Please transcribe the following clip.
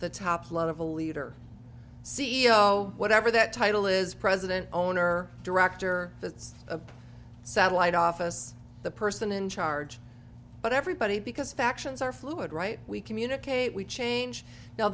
the top lot of a leader c e o whatever that title is president owner director it's a satellite office the person in charge but everybody because factions are fluid right we communicate we change now